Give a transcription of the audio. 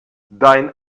dein